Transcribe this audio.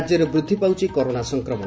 ରାଜ୍ୟରେ ବୃଦ୍ଧି ପାଉଛି କରୋନା ସଂକ୍ରମଣ